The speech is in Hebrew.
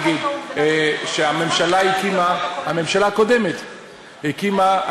להגיד שהממשלה הקודמת הקימה,